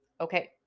Okay